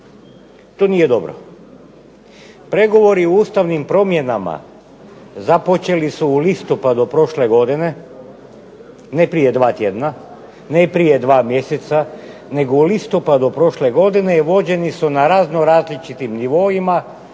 To nije dobro. Pregovori o ustavnim promjenama započeli su u listopadu prošle godine, ne prije 2 tjedna, ne prije 2 mjeseca nego u listopadu prošle godine i vođeni su na razno različitim nivoima,